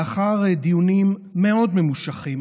לאחר דיונים מאוד ממושכים,